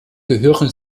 gehören